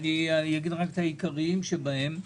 אני אומר את העיקריים שבהם.